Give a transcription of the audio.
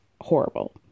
horrible